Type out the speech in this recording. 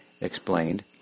explained